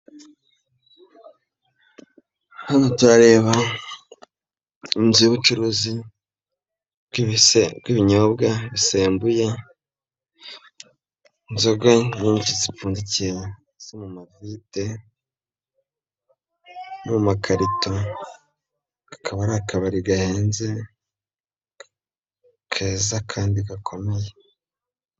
Hano turareba inzu y'ubucuruzi bw'ibinyobwa bisembuye, inzoga nyinshi zipfundikiye zo mu mavide no mu makarito, akaba ari akabari gahenze, keza kandi gakomeye.